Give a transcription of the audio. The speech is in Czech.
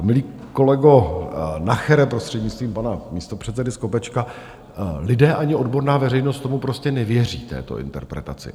Milý kolego Nachere, prostřednictvím pana místopředsedy Skopečka, lidé ani odborná veřejnost tomu prostě nevěří, této interpretaci.